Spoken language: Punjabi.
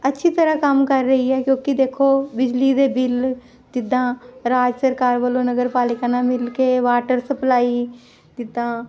ਅੱਛੀ ਤਰ੍ਹਾਂ ਕੰਮ ਕਰ ਰਹੀ ਹੈ ਕਿਉਂਕਿ ਦੇਖੋ ਬਿਜਲੀ ਦੇ ਬਿੱਲ ਜਿੱਦਾਂ ਰਾਜ ਸਰਕਾਰ ਵੱਲੋਂ ਨਗਰ ਪਾਲਿਕਾ ਨਾਲ ਮਿਲ ਕੇ ਵਾਟਰ ਸਪਲਾਈ ਜਿੱਦਾਂ